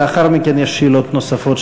ולאחר מכן יש שאלות נוספות,